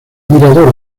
mirador